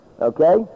Okay